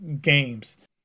games